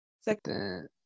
Second